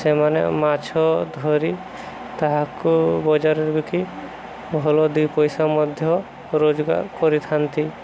ସେମାନେ ମାଛ ଧରି ତାହାକୁ ବଜାରରେ ବିକି ଭଲ ଦୁଇ ପଇସା ମଧ୍ୟ ରୋଜଗାର କରିଥାନ୍ତି